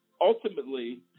ultimately